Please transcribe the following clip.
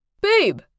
Babe